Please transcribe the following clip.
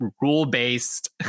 rule-based